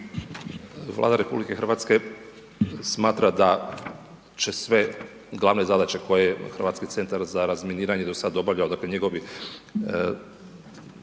Vlada RH smatra da će sve glavne zadaće koje je Hrvatski centar za razminiranje (HCR) do sada obavljao, dakle, njegovi